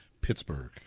Pittsburgh